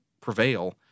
prevail